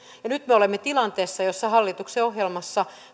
nyt me olemme tilanteessa jossa hallituksen ohjelmassa